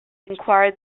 inquired